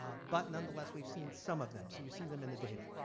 ah but nonetheless we've seen some of them. so you see them in the data.